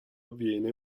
avviene